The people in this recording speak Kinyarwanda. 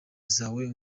zawe